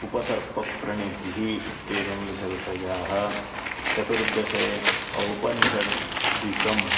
उपसर्पप्रणिधिः इत्येवं विविधाः विषयाः चतुर्दशे औपनिषधिकम्